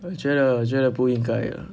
我觉得我觉得不应该呀